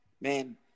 man